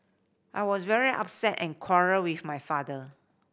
I was very upset and quarrelled with my father